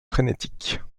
frénétique